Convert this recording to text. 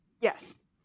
Yes